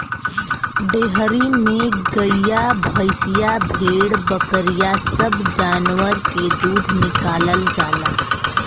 dairy में गइया भईंसिया भेड़ बकरी सब जानवर के दूध निकालल जाला